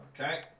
Okay